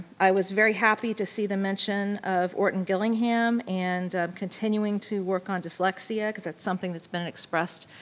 i was very happy to see the mention of orton gillingham and continuing to work on dyslexia cause that's something that's been an expressed